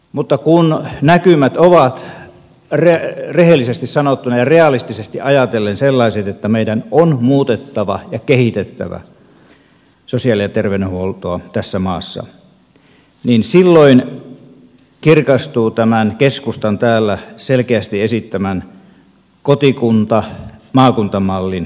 mutta kun näkymät ovat rehellisesti sanottuna ja realistisesti ajatellen sellaiset että meidän on muutettava ja kehitettävä sosiaali ja terveydenhuoltoa tässä maassa niin silloin kirkastuu keskustan täällä selkeästi esittämän kotikuntamaakunta mallin edut